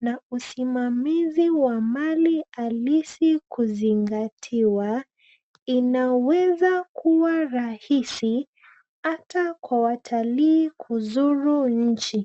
na usimamizi wa mali halisi kuzingatiwa inaweza kuwa rahisi ata kwa watalii kuzuru nchi.